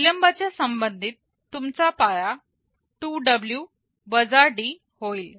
विलंबाच्या संबंधित तुमचा पाया 2W D होईल